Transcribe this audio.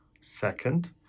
Second